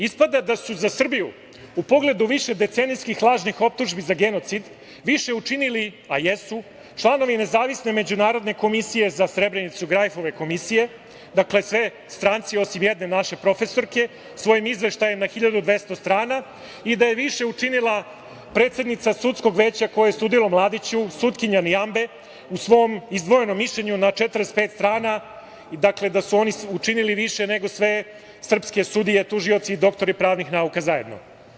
Ispada da su za Srbiju u pogledu višedecenijskih lažnih optužbi za genocid više učinili, a jesu, članovi Nezavisne međunarodne komisije za Srebrenicu, Grajfove komisije, dakle sve stranci osim jedne naše profesorke, svojim izveštajem na 1.200 strana i da je više učinila predsednica sudskog veća koje je sudilo Mladiću, sudija Nijambe u svom izdvojenom mišljenju na 45 strana, dakle da su oni učinili više nego sve srpske sudije, tužioci i doktori pravnih nauka zajedno.